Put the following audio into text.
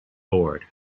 board